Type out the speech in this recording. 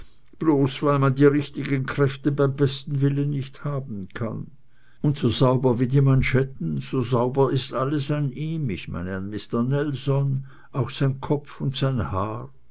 bloß weil man die richtigen kräfte beim besten willen nicht haben kann und so sauber wie die manschetten so sauber ist alles an ihm ich meine an mister nelson auch sein kopf und sein haar